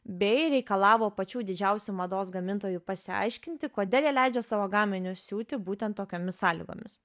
bei reikalavo pačių didžiausių mados gamintojų pasiaiškinti kodėl jie leidžia savo gaminius siūti būtent tokiomis sąlygomis